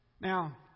Now